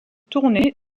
tournées